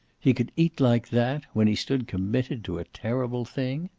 he could eat like that, when he stood committed to a terrible thing!